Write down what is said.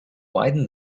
widen